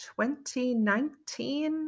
2019